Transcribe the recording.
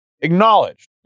acknowledged